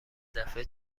دفعه